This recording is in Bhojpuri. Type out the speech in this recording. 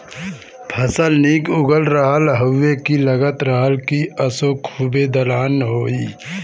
फसल निक उगल रहल हउवे की लगत रहल की असों खूबे दलहन होई